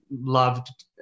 loved